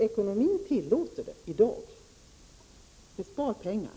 Ekonomin tillåter dock en ersättning i dag. Det spar pengar.